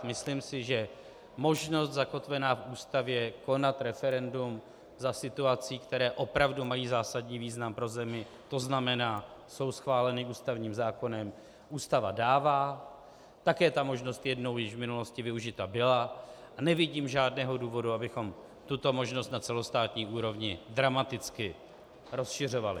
Myslím si, že možnost zakotvená v Ústavě konat referendum za situací, které opravdu mají zásadní význam pro zemi, to znamená, jsou schváleny ústavních zákonem, Ústava dává, také ta možnost již jednou v minulosti využita byla a nevidím žádného důvodu, abychom tuto možnost na celostátní úrovni dramaticky rozšiřovali.